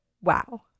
Wow